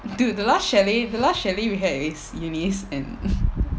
dude the last chalet the last chalet we had is eunice and